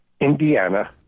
indiana